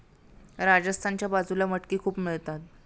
राजस्थानच्या बाजूला मटकी खूप मिळतात